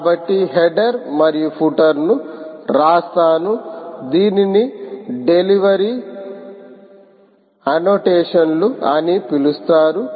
కాబట్టి హెడర్ మరియు ఫుటరును రాస్తాను దీనిని డెలివరీ అన్నోటేషన్ లు అని పిలుస్తారు